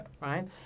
Right